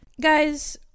Guys